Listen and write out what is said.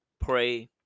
pray